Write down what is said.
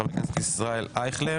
של ח"כ ישראל אייכלר